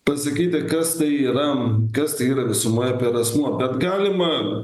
pasakyti kas tai yra kas tai yra visumoje per asmuo bet galima